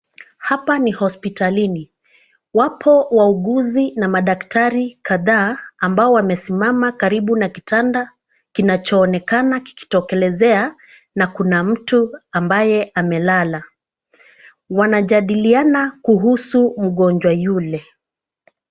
Hapa ni hospitalini. Wapo wauguzi na daktari kadhaa ambao wamesimama karibu na kitanda kinachoonekana kikitokelezea na kuna mtu ambaye amelala. Wanajadiliana kuhusu mgonjwa yule.